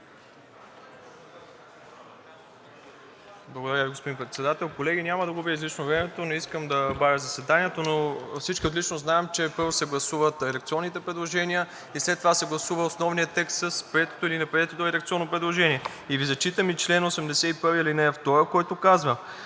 Благодаря Ви, господин Председател. Колеги, няма да губя излишно времето, не искам да бавя заседанието. Всички отлично знаем, че първо се гласуват редакционните предложения и след това се гласува основният текст с прието или неприето редакционно предложение. Зачитам Ви и чл. 81, ал. 1, който казва: